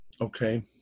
Okay